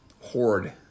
Horde